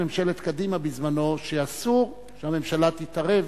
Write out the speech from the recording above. ממשלת קדימה בזמנה שאסור שהממשלה תתערב